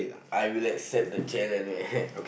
I will accept the challenge